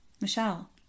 Michelle